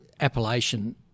appellation